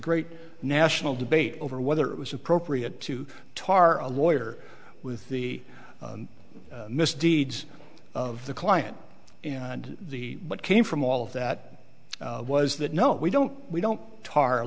great national debate over whether it was appropriate to tar a lawyer with the misdeeds of the client and the what came from all of that was that no we don't we don't t